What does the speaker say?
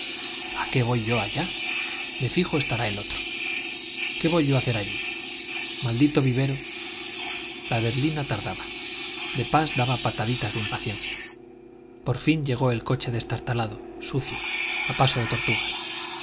a qué voy yo allá de fijo estará el otro que voy yo a hacer allí maldito vivero la berlina tardaba de pas daba pataditas de impaciencia por fin llegó el coche destartalado sucio a paso de tortuga